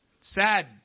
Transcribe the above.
sad